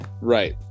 right